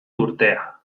urtea